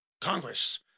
Congress